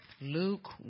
luke